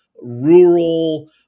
rural